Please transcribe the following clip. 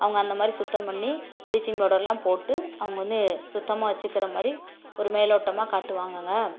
அவங்க அந்த மாதிரி சுத்தம் பண்ணி பிளீச்சிங் பவுடர்லாம் போட்டு அவங்க வந்து சுத்தமாக வச்சுக்கிற மாதிரி ஒரு மேலோட்டமாக காட்டுவாங்கங்க